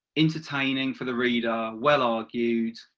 entertaining for the reader, well argued,